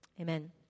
Amen